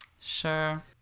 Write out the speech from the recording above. Sure